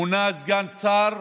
מונה סגן שר